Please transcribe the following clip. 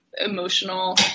emotional